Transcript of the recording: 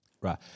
Right